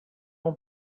own